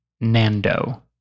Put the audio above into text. Nando